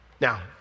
Now